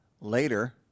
later